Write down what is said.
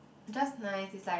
just nice is like